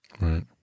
right